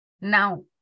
now